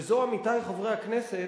וזו, עמיתי חברי הכנסת,